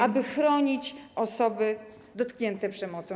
aby chronić osoby dotknięte przemocą.